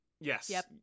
yes